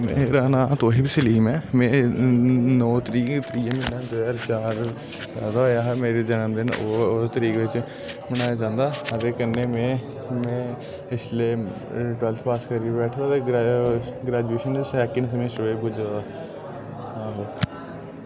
मेरा नांऽ तोहिब सलीम ऐ में नौ तरीक त्रीआ म्हीना दो ज्हार चार पैदा होएया हा मेरा जन्मदिन उस तरीक बिच्च मनाया जंदा ते ओह्दे कन्नै में में इसलै ट्वेल्थ पास करी बैठे दा ते गरै ग्रेजुएशन दे सेकंड सेमेस्टर बिच्च पुज्जे दा आहो